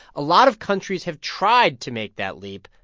a lot of countries have tried to make that leap,